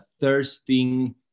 thirsting